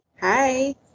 Hi